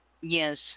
Yes